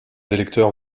électeurs